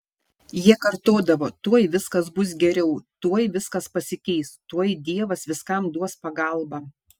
jie kartodavo tuoj viskas bus geriau tuoj viskas pasikeis tuoj dievas viskam duos pagalbą